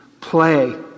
Play